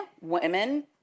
women